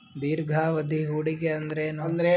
ದೀರ್ಘಾವಧಿ ಹೂಡಿಕೆ ಅಂದ್ರ ಏನು?